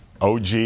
OG